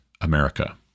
America